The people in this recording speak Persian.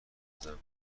پزم